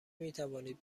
میتوانید